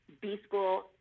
B-School